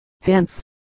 Hence